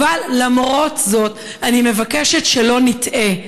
אבל למרות זאת אני מבקשת שלא נטעה: